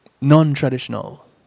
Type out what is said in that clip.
non-traditional